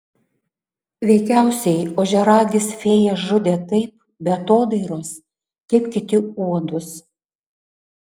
veikiausiai ožiaragis fėjas žudė taip be atodairos kaip kiti uodus